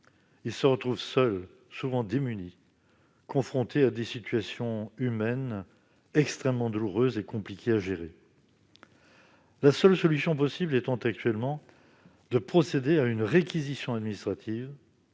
Ils se retrouvent seuls, souvent démunis, confrontés à des situations humaines extrêmement douloureuses et compliquées à gérer. La seule solution possible est actuellement de procéder à une réquisition administrative,